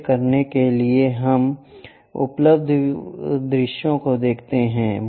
ऐसा करने के लिए हम उपलब्ध विचारों को देखते हैं